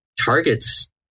targets